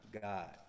God